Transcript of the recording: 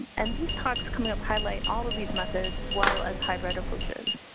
and these talks coming up, highlight all of these methods as well as hybrid approaches.